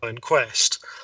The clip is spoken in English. quest